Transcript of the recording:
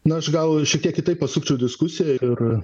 na aš gal šiek tiek kitaip pasukčiau diskusiją ir